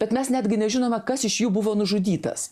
bet mes netgi nežinome kas iš jų buvo nužudytas